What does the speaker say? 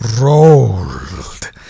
rolled